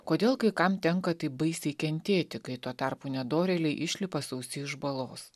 kodėl kai kam tenka taip baisiai kentėti kai tuo tarpu nedorėliai išlipa sausi iš balos